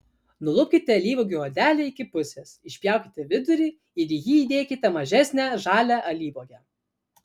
nulupkite alyvuogių odelę iki pusės išpjaukite vidurį ir į jį įdėkite mažesnę žalią alyvuogę